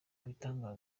abitangaza